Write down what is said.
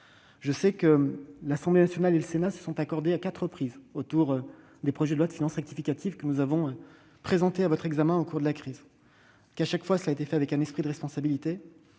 le texte. L'Assemblée nationale et le Sénat se sont accordés à quatre reprises sur les projets de loi de finances rectificative que nous avons présentés à votre examen au cours de la crise. Chaque fois, cela s'est fait dans un esprit de responsabilité.